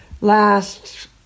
last